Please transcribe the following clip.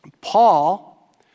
Paul